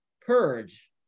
purge